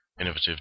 innovative